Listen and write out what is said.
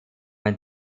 ein